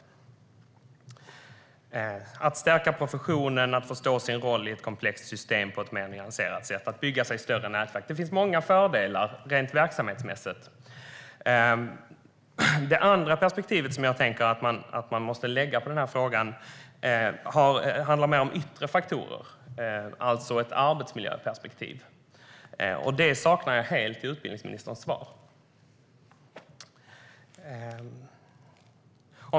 Det handlar om att stärka professionen, att förstå sin roll i ett komplext system på ett mer nyanserat sätt och att bygga sig större nätverk. Det finns många fördelar rent verksamhetsmässigt. Det andra perspektivet som jag tänker att man måste ha på den här frågan handlar mer om yttre faktorer. Det är alltså ett arbetsmiljöperspektiv. Det saknar jag helt i utbildningsministerns svar.